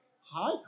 Hi